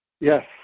Yes